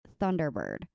Thunderbird